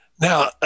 Now